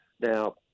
Now